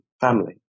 family